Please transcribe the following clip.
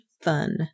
fun